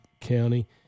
county